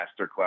masterclass